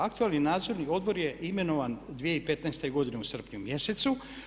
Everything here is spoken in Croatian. Aktualni Nadzorni odbor je imenovan 2015. godine u srpnju mjesecu.